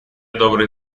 добрые